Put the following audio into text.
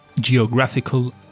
Geographical